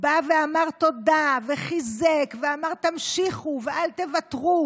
בא ואמר תודה וחיזק ואמר: תמשיכו ואל תוותרו,